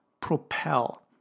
propel